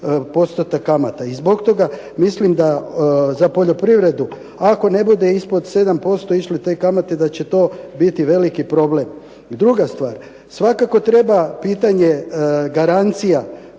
postotak kamata i zbog toga mislim da za poljoprivredu ako ne bude ispod 7% išle te kamate da će to biti veliki problem. I druga stvar, svakako treba pitanje garancija